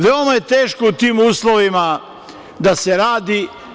Veoma je teško u tim uslovima da se radi.